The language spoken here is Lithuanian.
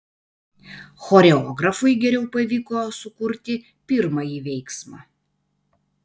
choreografui geriau pavyko sukurti pirmąjį veiksmą